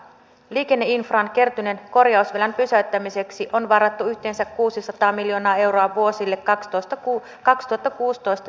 sitten on sanottu että aika merkittävä osa tässä muutoksessa ja taloudellisessa kasvussa on ollut hartz reformilla jonka oleellisin osa on paikallisen sopimisen uudistaminen